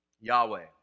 Yahweh